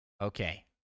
Okay